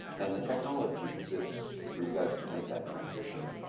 and the technology exists for you guys to make that transition